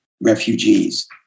refugees